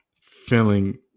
feeling